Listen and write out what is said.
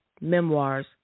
Memoirs